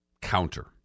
counter